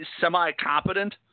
semi-competent